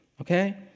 okay